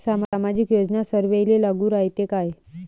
सामाजिक योजना सर्वाईले लागू रायते काय?